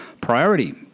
priority